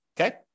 Okay